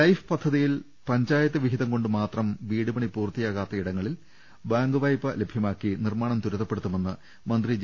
life പദ്ധതിയിൽ പഞ്ചായത്ത് വിഹിതം കൊണ്ട് മാത്രം വീട്പണി പൂർത്തിയാകാത്ത ഇടങ്ങളിൽ ബാങ്ക് വായ്പ ലഭ്യമാക്കി നിർമാണം ത്വരിതപ്പെടുത്തുമെന്ന് മന്ത്രി ജെ